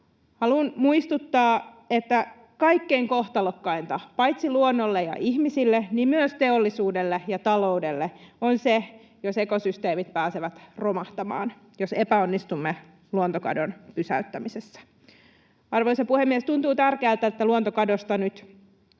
Haluan muistuttaa, että kaikkein kohtalokkainta paitsi luonnolle ja ihmisille myös teollisuudelle ja taloudelle on se, jos ekosysteemit pääsevät romahtamaan, jos epäonnistumme luontokadon pysäyttämisessä. Arvoisa puhemies! Tuntuu tärkeältä, että luontokadosta nyt